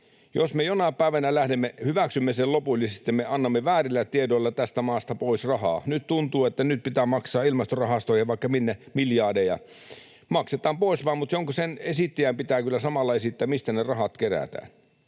Jos me jonain päivänä hyväksymme sen lopullisesti, me annamme väärillä tiedoilla tästä maasta pois rahaa. Nyt tuntuu, että pitää maksaa ilmastorahastoihin ja vaikka minne miljardeja. Maksetaan pois vain, mutta sen esittäjän pitää kyllä samalla esittää, mistä ne rahat kerätään.